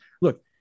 Look